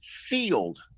field